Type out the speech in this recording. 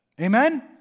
Amen